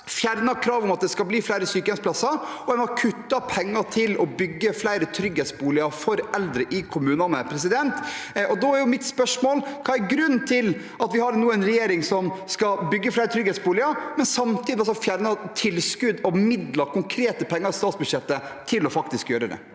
fjernet kravet om at det skal bli flere sykehjemsplasser, og kuttet i pengene til å bygge flere trygghetsboliger for eldre i kommunene. Da er mitt spørsmål: Hva er grunnen til at vi nå har en regjering som skal bygge flere trygghetsboliger, men som samtidig fjerner tilskudd og midler – konkrete penger i statsbudsjettet – til faktisk å kunne gjøre det?